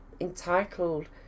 entitled